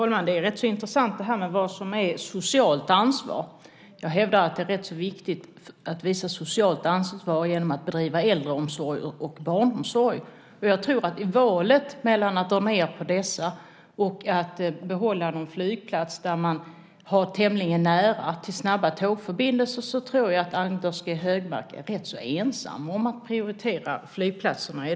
Herr talman! Det är intressant vad som är socialt ansvar. Jag hävdar att det är viktigt att visa socialt ansvar genom att bedriva äldreomsorg och barnomsorg. Jag tror att i valet mellan att dra ned på dessa och att behålla någon flygplats där man har tämligen nära till snabba tågförbindelser är Anders G Högmark rätt så ensam om att prioritera flygplatserna.